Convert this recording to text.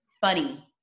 funny